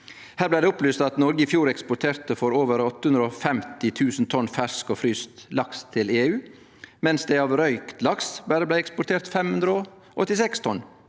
Her blei det opplyst at Noreg i fjor eksporterte over 850 000 tonn fersk og fryst laks til EU, mens det av røykt laks berre blei eksportert 586 tonn.